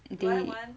they